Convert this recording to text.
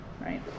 right